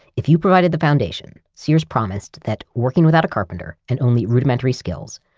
if you provided the foundation, sears promised that working without a carpenter, and only rudimentary skills,